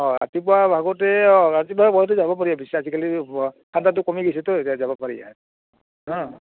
অ' ৰাতিপুৱা ভাগতে অ' ৰাতিপুৱা মইতো যাব পাৰিম আজিকালি ঠাণ্ডাটো কমি গৈছেতো এতিয়া যাব পাৰি আৰ হা